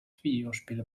videospiele